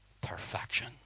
perfection